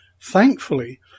Thankfully